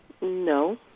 No